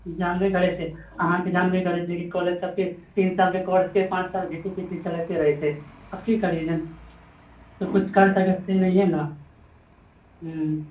जानबे करै छियै अहाँ तऽ जानबे करै छियै कि कॉलेज सबके कि तीन सालके कोर्सके पाँच साल घीचै छै से चलाइते रहै छै आब कि करियै जखन किछु करि सकै छी नहिये ने